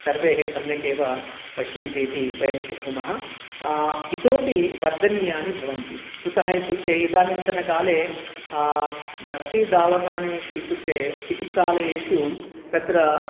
सर्वे सम्यक् एव पश्यन्तीति वयं शक्नुमः इतोऽपि वर्धनीयानि भवन्ति कुतः इत्युक्ते इदानीन्तकाले बस्ति दावकानेषु इत्युक्ते चिकित्सालयेषु तत्र